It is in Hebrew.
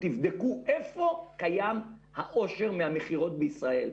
תבדקו איפה קיים העושר מהמכירות בישראל.